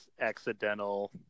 accidental